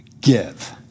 give